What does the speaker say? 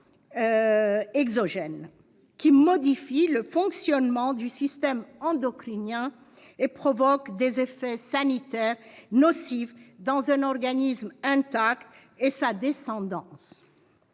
qui modifient le fonctionnement du système endocrinien et provoquent des effets sanitaires nocifs dans un organisme intact et sa descendance.